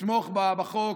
לתמוך בחוק.